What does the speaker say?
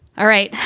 all right.